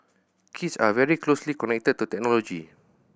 kids are very closely connected to technology